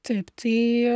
taip tai